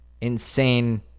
insane